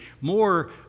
more